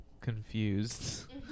confused